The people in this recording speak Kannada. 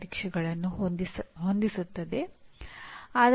ನೀವು ಈಗಾಗಲೇ ಹೊಂದಿರುವ ಕಲೆ ಮತ್ತು ಜ್ಞಾನವೇ ಕೌಶಲ್ಯ